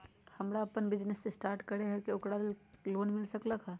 हमरा अपन business start करे के है ओकरा लेल लोन मिल सकलक ह?